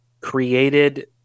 created